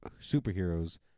superheroes